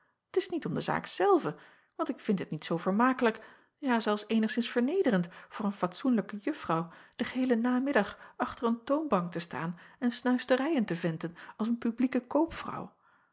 t s niet om de zaak zelve want ik vind het niet zoo vermakelijk ja zelfs eenigszins vernederend voor een fatsoenlijke uffrouw den geheelen namiddag achter een toonbank te staan en snuisterijen te venten als een publieke